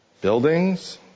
buildings